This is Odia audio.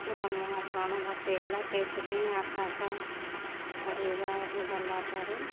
ପୁରା ମୁହଁ ବ୍ରଣ ଭର୍ତ୍ତି ହେଇଗଲା ସେଇଥିପାଇଁ ବାପସ କରିବାକୁ ଗଲା ପରେ